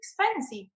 expensive